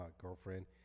girlfriend